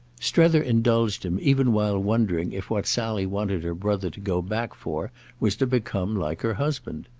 strether indulged him even while wondering if what sally wanted her brother to go back for was to become like her husband.